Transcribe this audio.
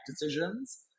decisions